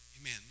Amen